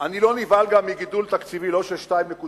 אני לא נבהל גם מגידול תקציבי, לא של 2.6%